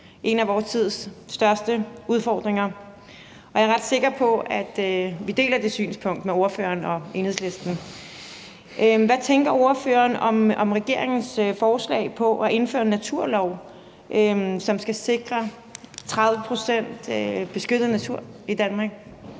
en af vor tids største udfordringer, og jeg er ret sikker på, at vi deler det synspunkt med ordføreren og Enhedslisten. Hvad tænker ordføreren om regeringens forslag om at indføre en naturlov, som skal sikre 30 pct. beskyttet natur i Danmark?